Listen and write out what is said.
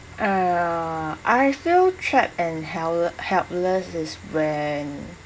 uh I feel trapped and helple~ helpless is when